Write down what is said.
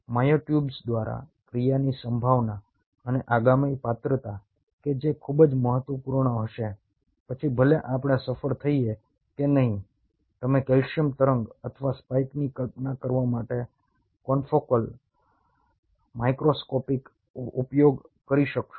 myotubes દ્વારા ક્રિયાની સંભાવના અને આગામી પાત્રતા કે જે ખૂબ જ મહત્વપૂર્ણ હશે પછી ભલે આપણે સફળ થઈએ કે નહીં તમે કેલ્શિયમ તરંગ અથવા સ્પાઈકની કલ્પના કરવા માટે કોન્ફોકલ માઈક્રોસ્કોપીનો ઉપયોગ કરી શકશો